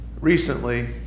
Recently